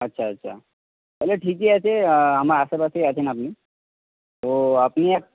আচ্ছা আচ্ছা তাহলে ঠিকই আছে আমার আশেপাশেই আছেন আপনি তো আপনি এক